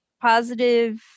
positive